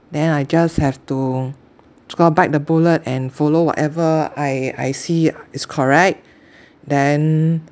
then I just have to so call bite the bullet and follow whatever I I see is correct then